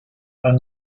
han